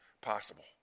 possible